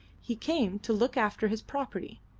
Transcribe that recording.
he came to look after his property.